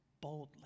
boldly